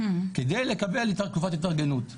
כדי לקבל יותר תקופת התארגנות.